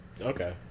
Okay